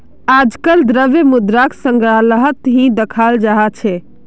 आजकल द्रव्य मुद्राक संग्रहालत ही दखाल जा छे